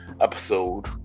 episode